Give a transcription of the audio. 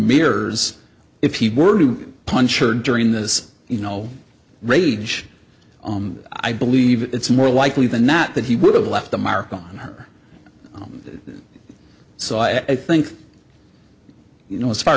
mirrors if he were to punch or during this you know rage i believe it's more likely than not that he would have left a mark on her so i think you know as far